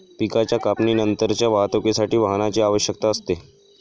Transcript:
पिकाच्या कापणीनंतरच्या वाहतुकीसाठी वाहनाची आवश्यकता असते